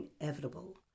inevitable